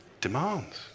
Demands